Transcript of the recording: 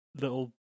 little